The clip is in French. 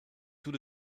tout